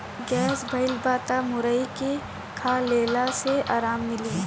gas भइल बा तअ मुरई खा लेहला से आराम मिली